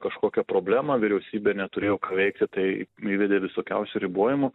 kažkokią problemą vyriausybė neturėjo ką veikti tai įvedė visokiausių ribojimų